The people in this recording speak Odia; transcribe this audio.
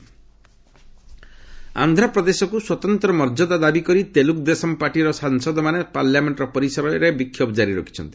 ଟିଡିପି ପ୍ରୋଟେଷ୍ଟ ଆନ୍ଧ୍ରପ୍ରଦେଶକୁ ସ୍ୱତନ୍ତ୍ର ମର୍ଯ୍ୟାଦା ଦାବି କରି ତେଲୁଗୁଦେଶମ ପାର୍ଟିର ସାଂସଦମାନେ ପାର୍ଲାମେଣ୍ଟ ପରିସରରେ ବିକ୍ଷୋଭ ଜାରି ରଖିଛନ୍ତି